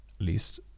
least